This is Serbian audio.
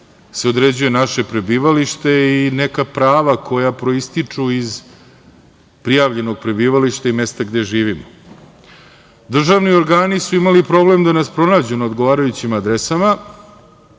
se određuje naše prebivalište i neka prava koja proističu iz prijavljenog prebivališta i mesta gde živimo. Državni organi su imali problem da nas pronađu na odgovarajućim adresama,